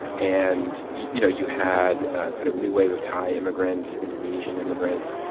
and you know you had a kind of new wave of thai immigrants, indonesian immigrants,